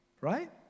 right